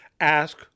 ask